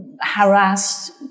harassed